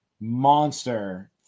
monster